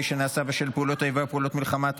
שנעשה בשל פעולות האיבה או פעולות המלחמה),